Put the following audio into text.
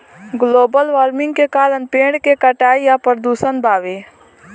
global warming के कारण पेड़ के कटाई आ प्रदूषण बावे